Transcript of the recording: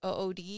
OOD